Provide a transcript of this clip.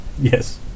Yes